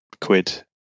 quid